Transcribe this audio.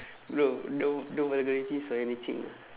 bro no no vulgarities or anything ah